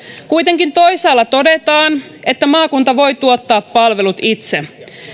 kuitenkin toisaalla todetaan että maakunta voi tuottaa palvelut itse